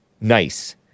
Nice